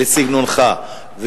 לסגנונך,